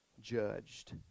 judged